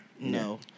no